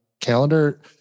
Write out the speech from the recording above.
calendar